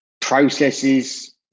processes